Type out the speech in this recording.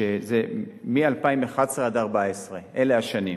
שזה מ-2011 עד 2014. אלה השנים.